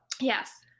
Yes